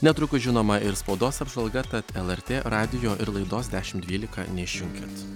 netrukus žinoma ir spaudos apžvalga tad lrt radijo ir laidos dešimt dvylika neišjunkit